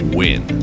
win